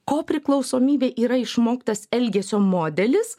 kopriklausomybė yra išmoktas elgesio modelis